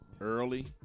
early